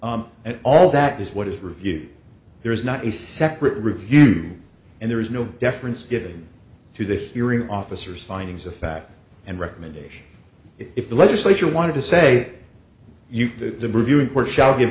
board and all that is what is review there is not a separate review and there is no deference given to this hearing officers findings of fact and recommendation if the legislature wanted to say the reviewing where shall give